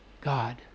God